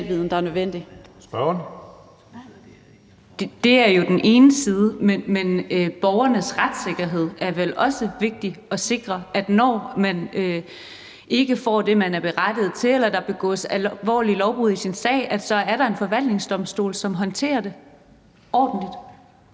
Det er jo den ene side af det. Men borgernes retssikkerhed er vel også vigtig i forhold til at sikre, at når man ikke får det, man er berettiget til, eller der begås alvorlige lovbrud i en sag, så er der en forvaltningsdomstol, som håndterer det ordentligt.